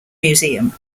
museum